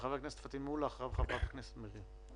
חבר הכנסת פטין מולא, אחריו חברת הכנסת מריח.